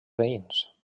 veïns